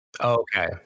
Okay